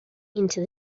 into